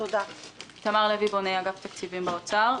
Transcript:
אני מאגף התקציבים במשרד האוצר.